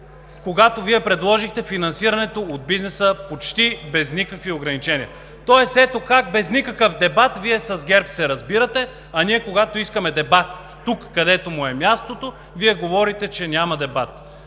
когато Вие предложихте финансирането от бизнеса почти без никакви ограничения. Тоест ето как без никакъв дебат – Вие с ГЕРБ се разбирате, а ние, когато искаме дебат тук, където му е мястото, говорите, че няма дебат.